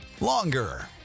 longer